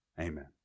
Amen